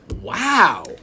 Wow